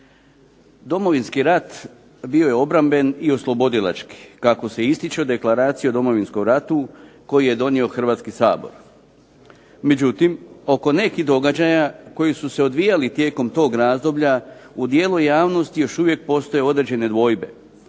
Domovinski rat bio je obramben i oslobodilački, kako se ističe u Deklaraciji o Domovinskom ratu koji je donio Hrvatski sabor. Međutim, oko nekih događaja koji su se odvijali tijekom tog razdoblja u dijelu javnosti još uvijek postoje određene dvojbe,